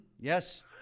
Yes